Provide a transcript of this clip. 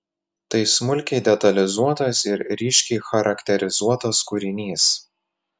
tai smulkiai detalizuotas ir ryškiai charakterizuotas kūrinys